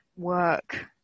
work